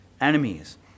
enemies